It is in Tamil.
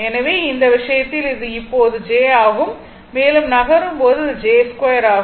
எனவே இந்த விஷயத்தில் இது இப்போது j ஆகும் மேலும் நகரும் போது அது j2 ஆகும்